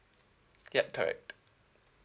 yup correct